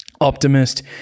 optimist